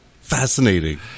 Fascinating